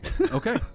Okay